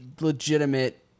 legitimate